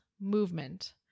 movement